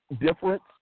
difference